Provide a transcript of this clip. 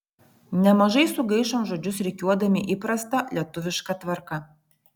nemažai sugaišom žodžius rikiuodami įprasta lietuviška tvarka